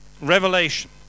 Revelation